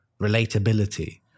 Relatability